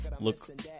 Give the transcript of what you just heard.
look